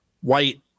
white